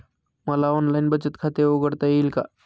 मला ऑनलाइन बचत खाते उघडता येईल का?